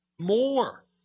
More